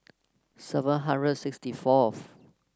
seven hundred and sixty fourth